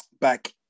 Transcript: back